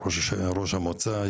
ראש המועצה,